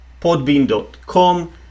podbean.com